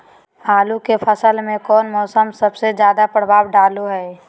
आलू के फसल में कौन मौसम सबसे ज्यादा प्रभाव डालो हय?